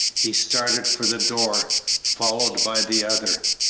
he started for the door, followed by the other.